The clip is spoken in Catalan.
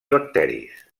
bacteris